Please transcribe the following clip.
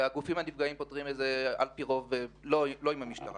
הגופים הנפגעים בוחרים על פי רוב לא להיעזר במשטרה